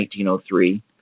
1903